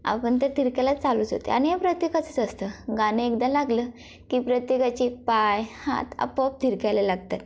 आपण त्यात थिरकायला चालूच होते आणि हे प्रत्येकाचंच असतं गाणं एकदा लागलं की प्रत्येकाची पाय हात आपोआप थिरकायला लागतात